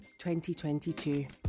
2022